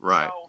Right